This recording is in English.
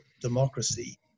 democracy